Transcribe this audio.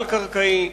על-קרקעי,